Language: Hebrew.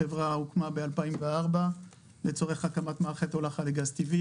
החברה הוקמה ב-2004 לצורך הקמת מערכת הולכה לגז טבעי